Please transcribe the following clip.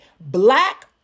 black